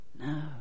No